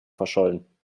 verschollen